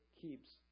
keeps